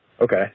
Okay